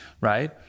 right